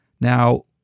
Now